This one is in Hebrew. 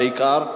בעיקר.